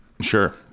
Sure